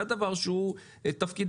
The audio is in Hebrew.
זה הדבר שהוא תפקידנו.